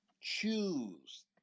Choose